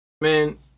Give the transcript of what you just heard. Man